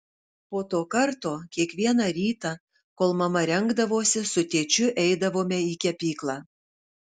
po to karto kiekvieną rytą kol mama rengdavosi su tėčiu eidavome į kepyklą